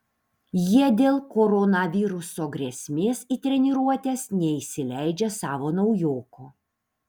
jie dėl koronaviruso grėsmės į treniruotes neįsileidžia savo naujoko